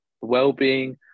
Well-being